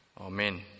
Amen